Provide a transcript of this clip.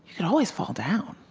can always fall down.